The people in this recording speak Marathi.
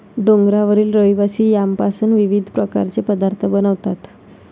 डोंगरावरील रहिवासी यामपासून विविध प्रकारचे पदार्थ बनवतात